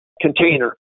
Container